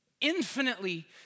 infinitely